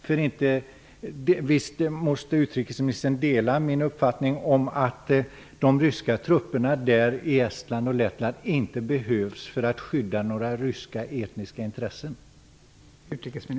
För visst måste utrikesministern dela min uppfattning om att de ryska trupperna i Estland och Lettland inte behövs för att skydda några ryska etniska intressen?